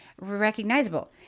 recognizable